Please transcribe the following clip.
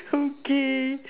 okay